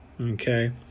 Okay